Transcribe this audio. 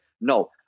No